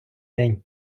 день